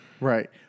Right